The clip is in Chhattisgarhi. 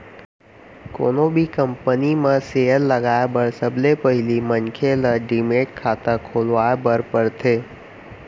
कोनो भी कंपनी म सेयर लगाए बर सबले पहिली मनखे ल डीमैट खाता खोलवाए बर परथे